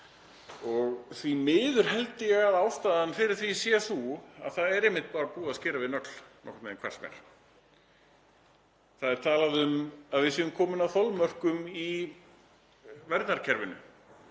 Því miður held ég að ástæðan fyrir því sé sú að það er einmitt búið að skera við nögl nokkurn veginn hvar sem er. Það er talað um að við séum komin að þolmörkum í velferðarkerfinu.